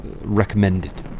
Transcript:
recommended